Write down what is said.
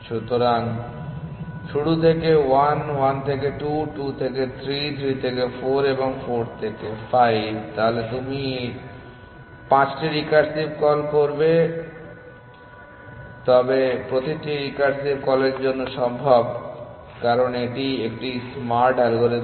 সুতরাং শুরু থেকে 1 1 থেকে 2 2 থেকে 3 3 থেকে 4 এবং 4 থেকে 5 তাহলে তুমি 5টি রিকার্সিভ কল করবে তবে প্রতিটি রিকারসিভ কলের জন্য সম্ভব কারণ এটি একটি স্মার্ট অ্যালগরিদম